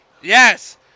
yes